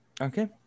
Okay